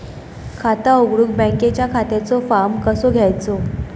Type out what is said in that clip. खाता उघडुक बँकेच्या खात्याचो फार्म कसो घ्यायचो?